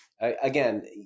Again